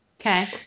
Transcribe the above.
Okay